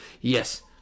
Yes